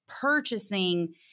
purchasing